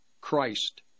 Christ